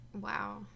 Wow